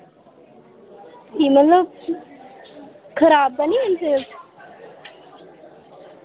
एह् मतलब खराब ते नि हैन सेब